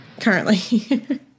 currently